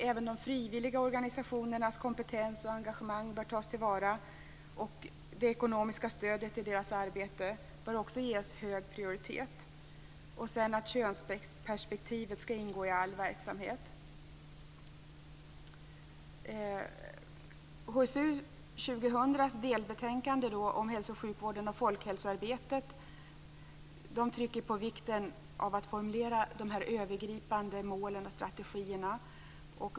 Även de frivilliga organisationernas kompetens och engagemang bör tas till vara. Det ekonomiska stödet till deras arbete bör också ges hög prioritet. Könsperspektivet skall ingå i all verksamhet. I HSU 2000:s delbetänkande om hälso och sjukvården och folkhälsoarbetet trycker man på vikten av att formulera övergripande mål och strategier.